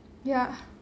ya